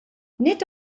nid